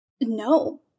No